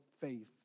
faith